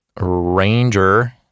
Ranger